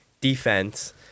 defense